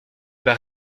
bat